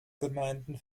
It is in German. gemeinden